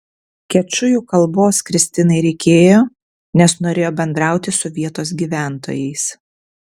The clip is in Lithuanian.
kečujų kalbos kristinai reikėjo nes norėjo bendrauti su vietos gyventojais